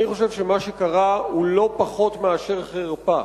אני חושב שמה שקרה הוא לא פחות מאשר חרפה.